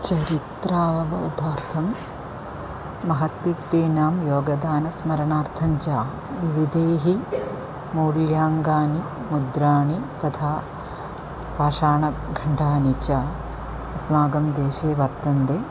चरित्रावबौधार्थं महत् व्यक्तीनाम् योगदानस्मरणार्थञ्च विविधैः मूल्याङ्कानि मुद्राः तथा पाषाणखण्डाः च अस्माकं देशे वर्तन्ते